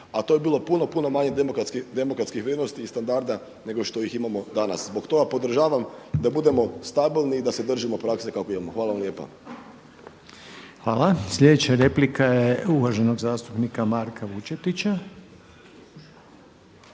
a to bi bilo puno, puno manjih demokratskih vrijednosti i standarda nego što ih imamo danas. I zbog toga podržavam da budemo stabilni i da se držimo prakse kakvu imamo. Hvala lijepa. **Reiner, Željko (HDZ)** Hvala. Sljedeća replika je uvaženog zastupnika Marka Vučetića.